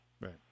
Right